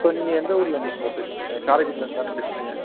so நீங்கள் எந்த ஊர்லேருந்து சார் பேசுகிறீங்க காரைக்குடியிலேருந்து தானே பேசுகிறீங்க